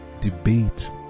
debate